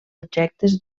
objectes